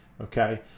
okay